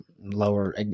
lower